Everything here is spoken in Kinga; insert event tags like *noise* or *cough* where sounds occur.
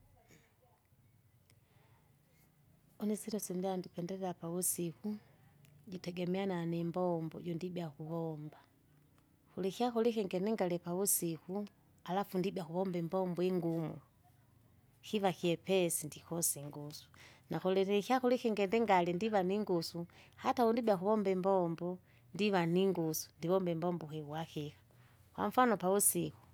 *noise* une sila sindandi kendikelela pavusiku, *noise* jitegemeana nimbombo jundibya kuvomba, *noise* kulikyakurya ikingi ningalya pavusiku, *noise* alafu ndibya kuvomba imbombo ingumu, *noise* kiva kyepesi ndikose ingusu *noise* nakulili ikyakurya ikingi ndingarya ndiva ningusu, *noise* hata undibya kuvomba imbombo, *noise* ndiva ningusu *noise* ndivomba imbombo kiuwakika, *noise* kwamfano pavusiku, *noise*